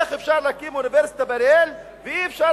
איך אפשר להקים אוניברסיטה באריאל ואי-אפשר